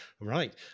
Right